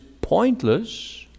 pointless